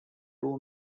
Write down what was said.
two